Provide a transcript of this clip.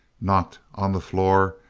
knocked on the floor,